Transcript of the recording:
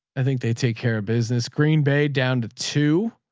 i think they take care of business. green bay down to